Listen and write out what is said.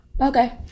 Okay